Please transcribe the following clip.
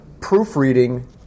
proofreading